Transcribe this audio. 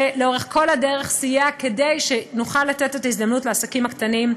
שלאורך כל הדרך סייע כדי שנוכל לתת את ההזדמנות לעסקים הקטנים,